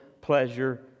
pleasure